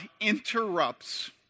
interrupts